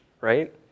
Right